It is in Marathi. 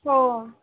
हो